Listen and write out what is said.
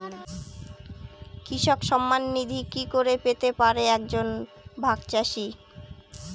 কৃষক সন্মান নিধি কি করে পেতে পারে এক জন ভাগ চাষি?